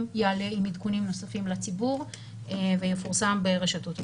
יעלה עם עדכונים נוספים לציבור ויפורסם ברשתות התקשורת.